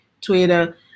Twitter